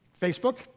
Facebook